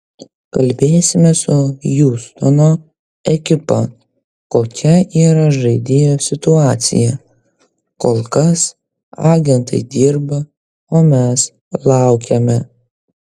kalbėsime su hjustono ekipa kokia yra žaidėjo situacija kol kas agentai dirba o mes laukiame